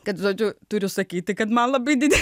kad žodžiu turiu sakyti kad man labai didi